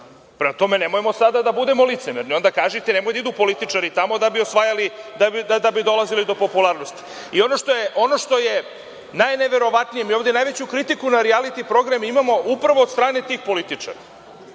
Prema tome, nemojmo sada da budemo licemerni. Onda kažite – nemoj da idu političari tamo da bi dolazili do popularnosti. Ono što je najneverovatnije, mi ovde najveću kritiku na rijaliti programe imamo upravo od strane tih političara,